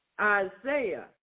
Isaiah